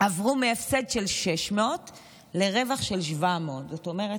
עברו מהפסד של 600 לרווח של 700. זאת אומרת,